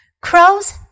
Crows